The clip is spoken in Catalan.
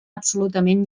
absolutament